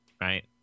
right